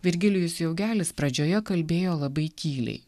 virgilijus jaugelis pradžioje kalbėjo labai tyliai